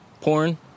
Porn